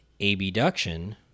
abduction